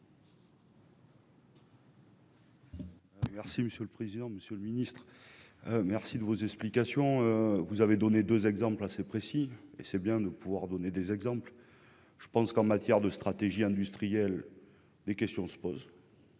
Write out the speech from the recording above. Merci monsieur le président, Monsieur le Ministre, merci de vos explications, vous avez donné 2 exemples assez précis et c'est bien de pouvoir donner des exemples, je pense qu'en matière de stratégie industrielle, des questions se posent.